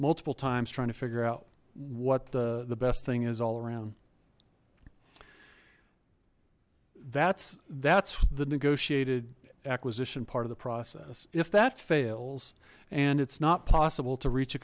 multiple times trying to figure out what the the best thing is all around that's that's the negotiated acquisition part of the process if that fails and it's not possible to reach a